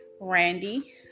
Randy